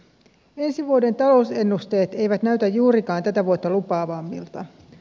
ensi vuoden talousennusteet eivät näytä juurikaan tätä vuotta lupaavammilta